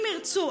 אם ירצו,